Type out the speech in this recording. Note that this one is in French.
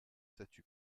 statu